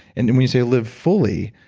and and when you say live fully,